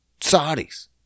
Saudis